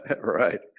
right